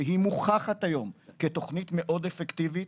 שמוכחת כיום כתוכנית מאוד אפקטיבית,